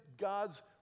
God's